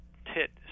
tit